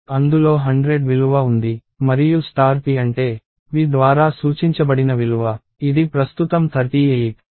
అందులో 100 విలువ ఉంది మరియు స్టార్ p అంటే p ద్వారా సూచించబడిన విలువ ఇది ప్రస్తుతం 38